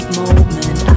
moment